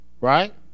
right